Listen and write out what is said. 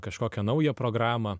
kažkokią naują programą